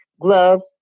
gloves